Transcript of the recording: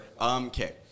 Okay